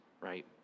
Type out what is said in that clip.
right